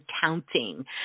counting